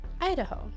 Idaho